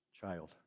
child